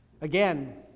Again